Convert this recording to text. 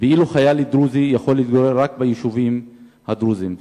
ואילו חייל דרוזי יכול להתגורר רק ביישובים הדרוזיים,